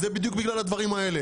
זה בדיוק בגלל הדברים האלה.